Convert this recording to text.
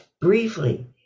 briefly